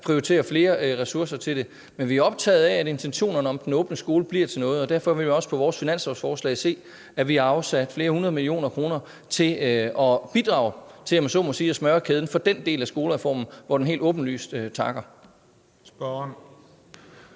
prioritere flere ressourcer til det, men vi er optaget af, at intentionerne om den åbne skole bliver til noget. Og derfor vil man også på vores finanslovsforslag se, at vi har afsat flere hundrede millioner kroner til at bidrage til, om jeg så må sige, at smøre kæden for den del af skolereformen, hvor det helt åbenlyst halter.